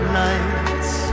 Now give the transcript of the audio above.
nights